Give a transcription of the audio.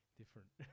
different